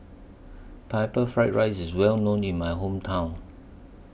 Pineapple Fried Rice IS Well known in My Hometown